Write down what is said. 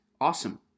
awesome